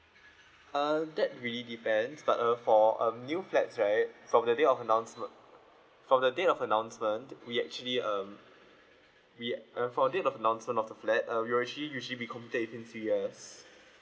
err that really depends but uh for um new flats right from the day of announcement from the day of announcement we actually um we um for a date of announcement of the flat uh we're actually usually be committed if you can see us